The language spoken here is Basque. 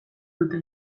dute